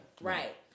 Right